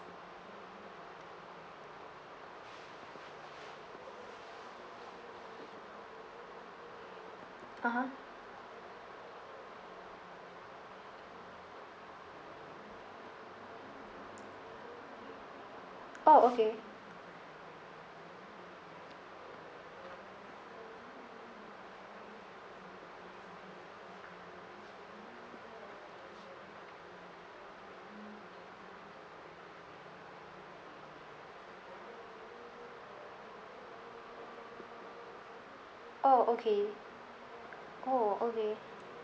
(uh huh) oh okay oh okay oh okay